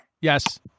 Yes